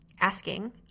asking